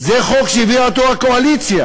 זה חוק שהביאה הקואליציה.